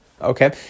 Okay